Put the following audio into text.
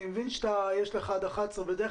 אני מבין שאתה יכול להשתתף עד 11:00. בדרך